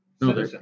No